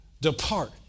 Depart